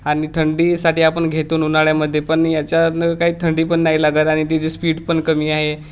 आणि थंडीसाठी आपण घेतून उन्हाळ्यामध्येे पण याच्यानं काही थंडी पण नाही लागत आणि तिची स्पीड पण कमी आहे